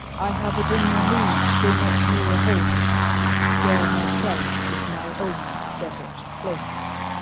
i have it in me so much nearer home to scare myself with my own desert places.